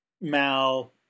Mal